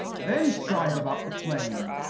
then strive about the claim,